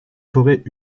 forêts